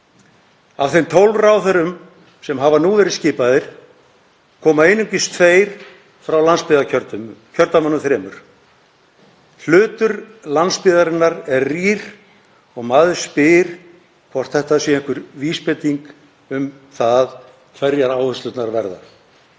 Af þeim tólf ráðherrum sem hafa nú verið skipaðir koma einungis tveir frá landsbyggðarkjördæmunum þremur. Hlutur landsbyggðarinnar er rýr og maður spyr hvort þetta sé einhver vísbending um það hverjar áherslurnar verða.